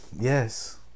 Yes